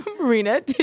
Marina